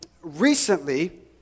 recently